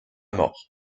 mort